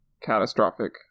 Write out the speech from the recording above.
catastrophic